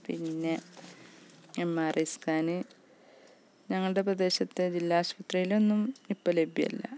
പിന്നെ M R I scan ഞങ്ങളുടെ പ്രദേശത്തെ ജില്ലാശുപത്രിയിലൊന്നും ഇപ്പം ലഭ്യമല്ല